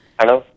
Hello